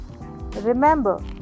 Remember